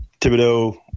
Thibodeau